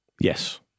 Yes